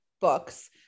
books